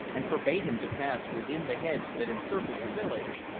and forbade him to pass within the hedge that encircled the village,